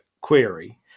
query